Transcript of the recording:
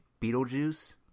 Beetlejuice